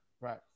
right